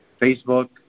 Facebook